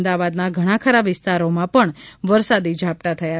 મદાવાદના ઘણાખરા વિસ્તોરામાં પણ વરસાદી ઝાપટા થયા